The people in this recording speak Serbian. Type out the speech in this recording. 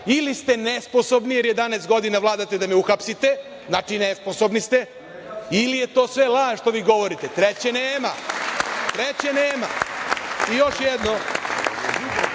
ili ste nesposobni, jer jedanaest godina vladate, da me uhapsite, znači, nesposobni ste ili je to sve laž što vi govorite, treće nema, treće nema. Još jedno,